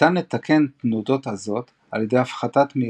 ניתן לתקן תנודות עזות על ידי הפחתת מהירות,